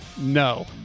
No